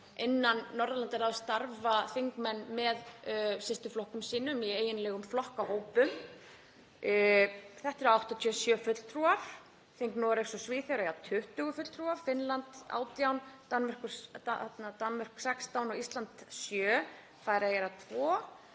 innan Norðurlandaráðs starfa þingmenn með systurflokkum sínum í eiginlegum flokkahópum. Þetta eru 87 fulltrúar. Þing Noregs og Svíþjóðar eiga 20 fulltrúa, Finnlands 18, Danmerkur 16, Ísland sjö, Færeyjar tvo og